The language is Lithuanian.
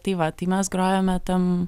tai va tai mes grojame tam